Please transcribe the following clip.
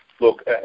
Look